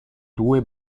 due